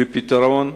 ופתרון,